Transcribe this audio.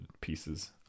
pieces